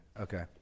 okay